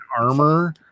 armor